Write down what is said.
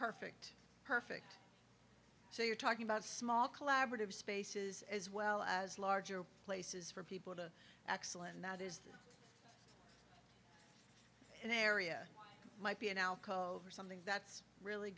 perfect perfect so you're talking about small collaborative spaces as well as larger places for people to excell and that is that an area might be an alcove or something that's really